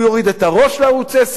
הוא יוריד את הראש לערוץ-10,